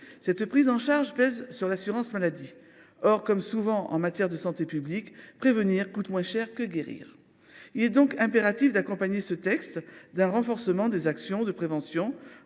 Cette prise en charge pèse sur l’assurance maladie. Or, comme souvent en matière de santé publique, prévenir coûte moins cher que guérir. Il est donc impératif d’accompagner ce texte d’un renforcement des actions de prévention,